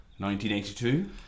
1982